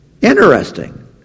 Interesting